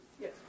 Yes